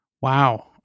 Wow